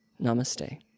Namaste